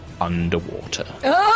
underwater